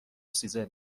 سیزن